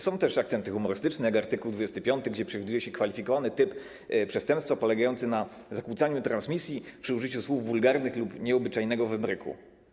Są też akcenty humorystyczne, jak art. 25, gdzie przewiduje się kwalifikowany typ przestępstwa polegający na zakłócaniu transmisji przy użyciu słów wulgarnych lub nieobyczajnego wybryku.